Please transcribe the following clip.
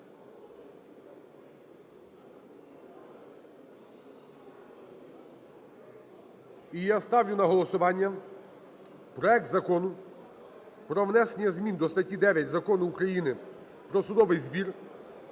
І я ставлю на голосування проект Закону про внесення змін до статті 9 Закону України "Про судовий збір"